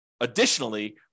additionally